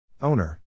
Owner